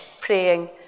praying